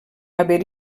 haver